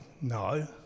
No